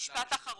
משפט אחרון.